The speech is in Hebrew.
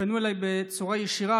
שפנו אליי בצורה ישירה,